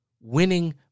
winning